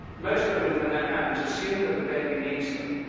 most women, when that happens, assume that the baby needs them,